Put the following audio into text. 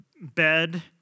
bed